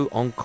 on